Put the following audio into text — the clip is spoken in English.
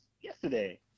yesterday